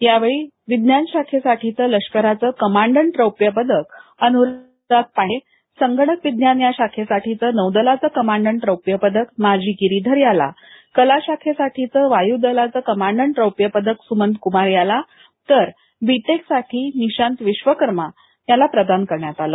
यावेळी विज्ञान शाखेसाठीचलष्करच कमांडट रौप्य पदक अनराग् पांडे संगणक विज्ञान या शाखेसाठी नौदलाच कमांडट रौप्य पदक माजी गरिधर् याला कला शाखेसाठी वायू दलाचे कमांडट रौप्य पदक सुमंत कुमार तर् बी टेक साठी निशांत विश्वकर्म यांना प्रदान करण्यात आलं